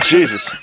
Jesus